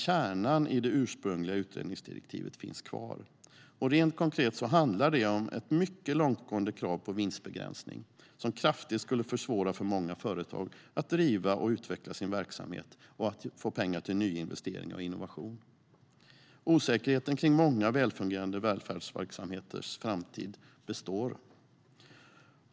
Kärnan i det ursprungliga utredningsdirektivet finns dock kvar, och rent konkret handlar det om ett mycket långtgående krav på vinstbegränsning som kraftigt skulle försvåra för många företag att driva och utveckla sin verksamhet och att få pengar till nyinvesteringar och innovation. Osäkerheten kring många välfungerande välfärdsverksamheters framtid består.